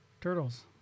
Turtles